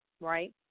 right